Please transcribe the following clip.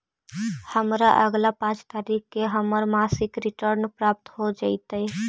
हमरा अगला पाँच तारीख के हमर मासिक रिटर्न प्राप्त हो जातइ